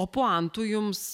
o puantų jums